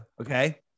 Okay